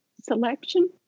selection